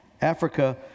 Africa